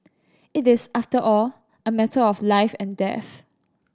it is after all a matter of life and death